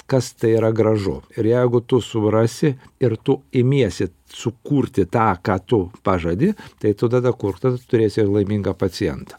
kas tai yra gražu ir jeigu tu suprasi ir tu imiesi sukurti tą ką tu pažadi tai tu tada kurk tada turėsi ir laimingą pacientą